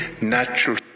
natural